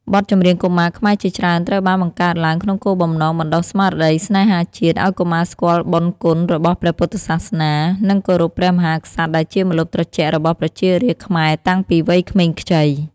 បទចម្រៀងកុមារខ្មែរជាច្រើនត្រូវបានបង្កើតឡើងក្នុងគោលបំណងបណ្ដុះស្មារតីស្នេហាជាតិ ឲ្យកុមារស្គាល់បុណ្យគុណរបស់ព្រះពុទ្ធសាសនា និងគោរពព្រះមហាក្សត្រដែលជាម្លប់ត្រជាក់របស់ប្រជារាស្ត្រខ្មែរតាំងពីវ័យក្មេងខ្ចី។